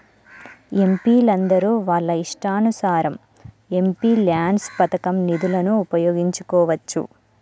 ఎంపీలందరూ వాళ్ళ ఇష్టానుసారం ఎంపీల్యాడ్స్ పథకం నిధులను ఉపయోగించుకోవచ్చు